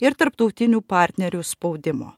ir tarptautinių partnerių spaudimo